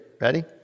ready